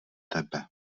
tebe